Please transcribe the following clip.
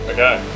Okay